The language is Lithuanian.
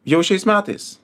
jau šiais metais